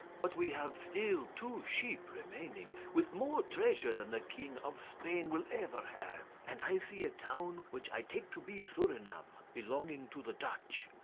but we have still two sheep remaining, with more treasure than the king of spain will ever have and i see a town which i take to be surinam, belonging to the dutch.